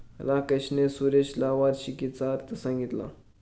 राकेशने सुरेशला वार्षिकीचा अर्थ सांगितला